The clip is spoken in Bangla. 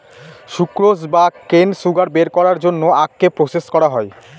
সুক্রোজ বা কেন সুগার বের করার জন্য আখকে প্রসেস করা হয়